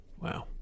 Wow